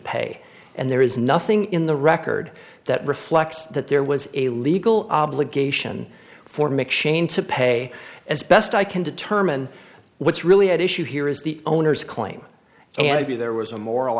pay and there is nothing in the record that reflects that there was a legal obligation for make chain to pay as best i can determine what's really at issue here is the owner's claim and if you there was a moral